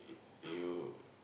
you